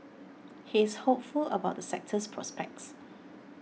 he is hopeful about the sector's prospects